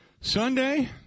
Sunday